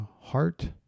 heart